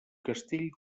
castell